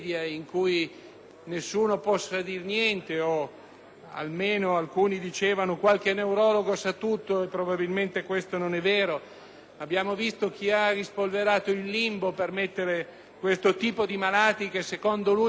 niente. Alcuni dicevano che qualche neurologo sa tutto e probabilmente questo non è vero. Abbiamo visto che qualcuno ha rispolverato il limbo per collocare questo tipo di malati, che secondo lui non ha diritto a vivere, non è vivente.